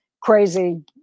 crazy